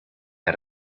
out